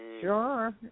Sure